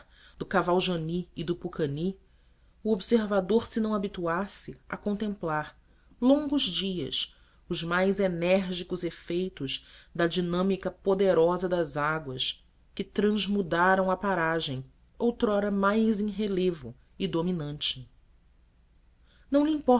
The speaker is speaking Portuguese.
do cavaljane e do pucani o observador se não habituasse a contemplar longos dias os mais enérgicos efeitos da dinâmica poderosa das águas que transmudaram a paragem outrora mais em relevo e dominante não